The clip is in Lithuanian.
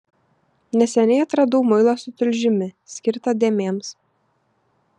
neseniai atradau muilą su tulžimi skirtą dėmėms